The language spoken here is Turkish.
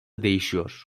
değişiyor